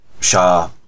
Shah